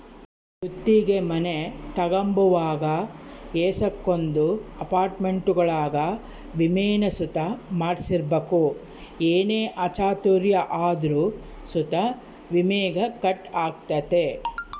ಗುತ್ತಿಗೆ ಮನೆ ತಗಂಬುವಾಗ ಏಸಕೊಂದು ಅಪಾರ್ಟ್ಮೆಂಟ್ಗುಳಾಗ ವಿಮೇನ ಸುತ ಮಾಡ್ಸಿರ್ಬಕು ಏನೇ ಅಚಾತುರ್ಯ ಆದ್ರೂ ಸುತ ವಿಮೇಗ ಕಟ್ ಆಗ್ತತೆ